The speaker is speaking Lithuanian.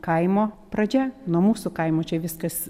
kaimo pradžia nuo mūsų kaimo čia viskas